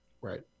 right